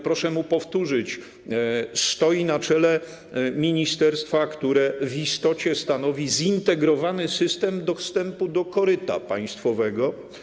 Proszę mu powtórzyć: stoi na czele ministerstwa, które w istocie stanowi zintegrowany system dostępu do koryta państwowego.